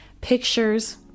pictures